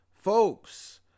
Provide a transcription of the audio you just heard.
Folks